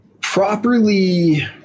properly